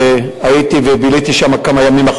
אמר: